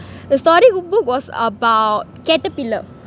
the storybook was about caterpillar